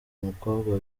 umukobwa